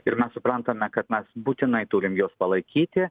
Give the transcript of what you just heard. ir mes suprantame kad mes būtinai turim juos palaikyti